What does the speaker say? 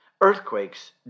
Earthquakes